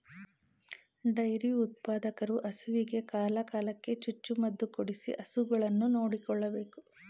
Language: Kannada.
ಡೈರಿ ಉತ್ಪಾದಕರು ಹಸುವಿಗೆ ಕಾಲ ಕಾಲಕ್ಕೆ ಚುಚ್ಚು ಮದುಕೊಡಿಸಿ ಹಸುಗಳನ್ನು ನೋಡಿಕೊಳ್ಳಬೇಕು